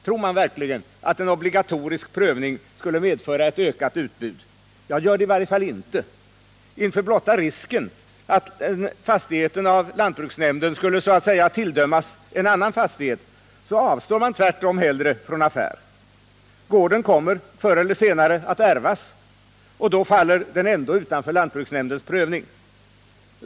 Tror man verkligen att en obligatorisk prövning skulle medföra ett ökat utbud? Jag gör det i varje fall inte. Inför blotta risken att fastigheten av lantbruksnämnden skulle så att säga tilldömas en annan fastighet avstår man tvärtom hellre från affär. Gården kommer förr eller senare att ärvas, och då faller den ändå utanför lantbruksnämndens prövning.